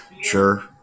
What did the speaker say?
Sure